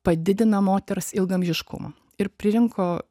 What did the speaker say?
padidina moters ilgaamžiškumą ir pririnko